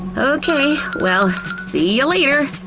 ok, well, see you later!